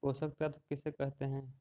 पोषक तत्त्व किसे कहते हैं?